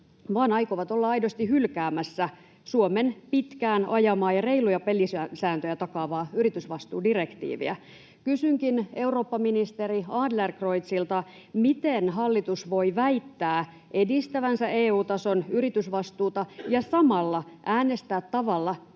vaan aikovat olla aidosti hylkäämässä Suomen pitkään ajamaa ja reiluja pelisääntöjä takaavaa yritysvastuudirektiiviä. Kysynkin eurooppaministeri Adlercreutzilta: miten hallitus voi väittää edistävänsä EU-tason yritysvastuuta ja samalla äänestää tavalla,